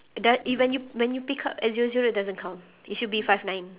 do~ when you when you pick up at zero zero it doesn't count it should be five nine